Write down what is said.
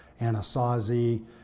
Anasazi